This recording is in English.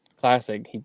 classic